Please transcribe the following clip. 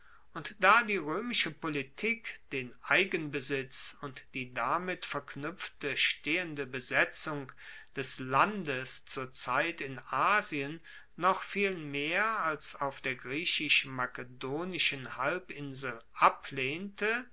und da die roemische politik den eigenbesitz und die damit verknuepfte stehende besetzung des landes zur zeit in asien noch viel mehr als auf der griechisch makedonischen halbinsel ablehnte